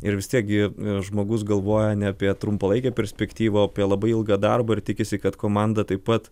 ir vis tiek gi žmogus galvoja ne apie trumpalaikę perspektyvą o apie labai ilgą darbą ir tikisi kad komanda taip pat